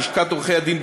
לשכת עורכי-הדין,